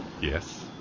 Yes